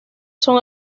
son